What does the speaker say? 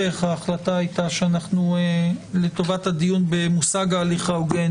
ההחלטה הייתה שלטובת הדיון במושג ההליך ההוגן